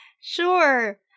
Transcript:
Sure